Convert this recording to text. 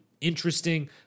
interesting